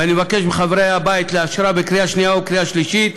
ואני מבקש מחברי הבית לאשרה בקריאה שנייה ובקריאה שלישית.